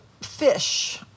fish